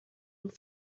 and